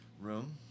room